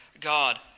God